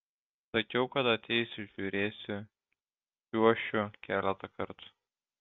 sakiau kad ateisiu žiūrėsiu čiuošiu keletą kartų